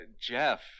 Jeff